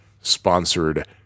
sponsored